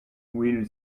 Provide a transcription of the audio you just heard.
will